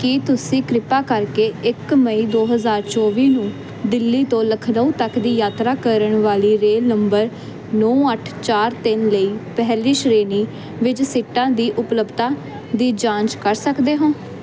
ਕੀ ਤੁਸੀਂ ਕਿਰਪਾ ਕਰਕੇ ਇੱਕ ਮਈ ਦੋ ਹਜ਼ਾਰ ਚੌਵੀ ਨੂੰ ਦਿੱਲੀ ਤੋਂ ਲਖਨਊ ਤੱਕ ਦੀ ਯਾਤਰਾ ਕਰਨ ਵਾਲੀ ਰੇਲ ਨੰਬਰ ਨੌ ਅੱਠ ਚਾਰ ਤਿੰਨ ਲਈ ਪਹਿਲੀ ਸ਼੍ਰੇਣੀ ਵਿੱਚ ਸੀਟਾਂ ਦੀ ਉਪਲੱਬਧਤਾ ਦੀ ਜਾਂਚ ਕਰ ਸਕਦੇ ਹੋ